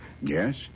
Yes